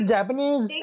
Japanese